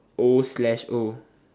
O slash O